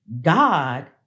God